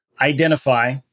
identify